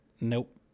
Nope